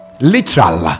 Literal